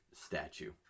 statue